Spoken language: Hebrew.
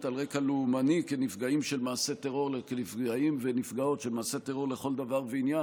על רקע לאומני כנפגעים ונפגעות של מעשה טרור לכל דבר ועניין.